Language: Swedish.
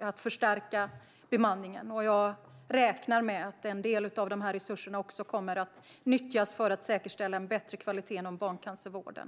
att förstärka bemanningen. Jag räknar med att en del av dessa resurser också kommer att nyttjas för att säkerställa en bättre kvalitet inom barncancervården.